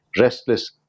restless